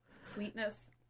sweetness